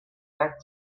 that